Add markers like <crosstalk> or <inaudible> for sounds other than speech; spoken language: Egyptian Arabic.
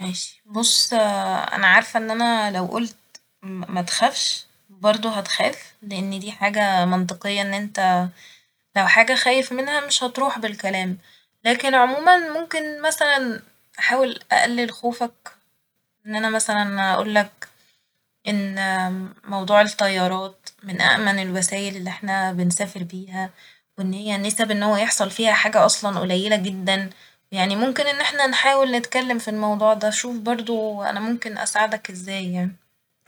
ماشي بص <hesitation> أنا عارفه إن أنا لو قلت م- متخافش برضه هتخاف لإن دي حاجة منطقية إن إنت <hesitation> لو حاجة خايف منها مش هتروح بالكلام لكن عموما ممكن مثلا أحاول أقلل خوفك إن أنا مثلا أقولك إن <hesitation> موضوع الطيارات من أأمن الوسايل اللي احنا بنسافر بيها وان هي نسب ان هو يحصل فيها حاجة اصلا قليلة جدا يعني ممكن ان احنا نحاول نتكلم في الموضوع ده شوف برضه أنا ممكن اساعدك ازاي يعني